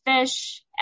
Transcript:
fish